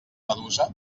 medusa